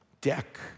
deck